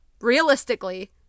realistically